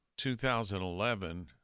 2011